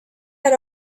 had